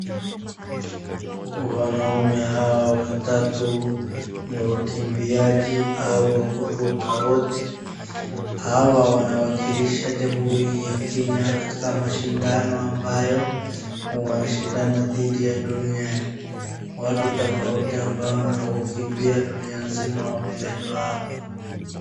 Wanaume hawa watatu ni wakimbiaji au wa kuruka wote. Hawa wanawakilisha jamhuri ya Kenya katika mashindano ambayo wanashindana dhidi ya duniani watu tofauti ambao ni wakukimbia dunia zima wameletwa hapa.